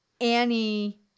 Annie